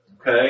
okay